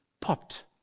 popped